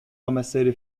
ramassaient